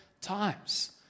times